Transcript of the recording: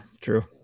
true